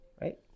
right